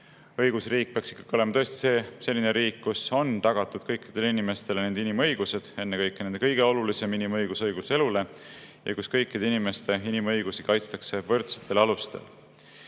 Õigusriik peaks olema selline riik, kus on tagatud kõikidele inimestele nende inimõigused, ennekõike nende kõige olulisem inimõigus ehk õigus elule, ja kus kõikide inimeste inimõigusi kaitstakse võrdsetel alustel. Pidades